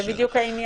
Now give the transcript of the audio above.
זה בדיוק העניין.